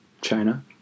China